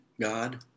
God